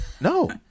No